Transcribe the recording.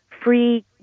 free